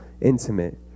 intimate